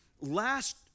last